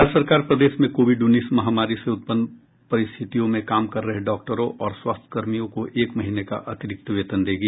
राज्य सरकार प्रदेश में कोविड उन्नीस महामारी से उत्पन्न परिस्थितियों में काम कर रहे डॉक्टरों और स्वास्थ्य कर्मियों को एक महीने का अतिरिक्त वेतन देगी